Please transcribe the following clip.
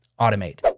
automate